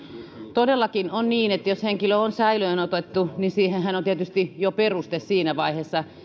todellakin on niin että jos henkilö on säilöön otettu niin siihenhän on tietysti jo peruste siinä vaiheessa